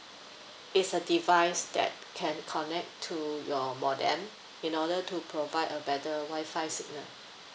it's a device that can connect to your modem in order to provide a better wi-fi signal